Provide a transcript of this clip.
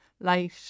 light